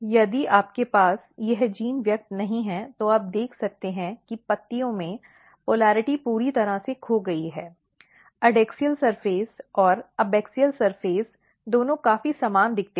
यदि आपके पास यह जीन व्यक्त नहीं है तो आप देख सकते हैं कि पत्तियों में पोलिरटी पूरी तरह से खो गई है एडैक्सियल सतह और एबाक्सिअल सतह दोनों काफी समान दिखती हैं